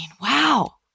wow